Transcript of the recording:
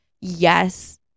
yes